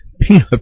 peanut